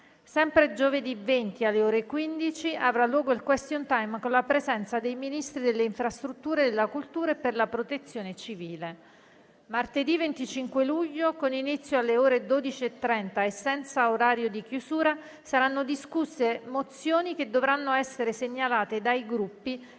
Sempre giovedì 20, alle ore 15, avrà luogo il *question time* con la presenza dei Ministri delle infrastrutture, della cultura e per la Protezione civile. Martedì 25 luglio, con inizio alle ore 12,30 e senza orario di chiusura, saranno discusse mozioni che dovranno essere segnalate dai Gruppi